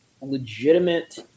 legitimate